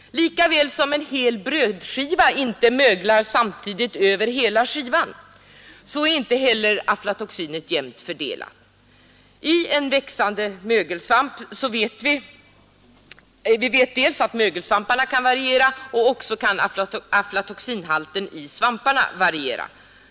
Lika litet som en hel brödskiva möglar samtidigt på alla ställen är aflatoxinet jämnt fördelat. Lika väl som förekomsten av mögelsvampar kan variera kan aflatoxinhalten i svamparna variera.